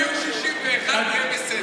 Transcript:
תביאו 61, יהיה בסדר.